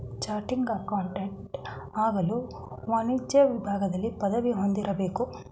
ಚಾಟಿಂಗ್ accountant ಆಗಲು ವಾಣಿಜ್ಯ ವಿಭಾಗದಲ್ಲಿ ಪದವಿ ಹೊಂದಿರಬೇಕು